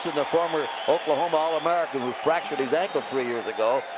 the former oklahoma all-american, who fractured his ankle three years ago,